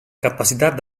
capacitat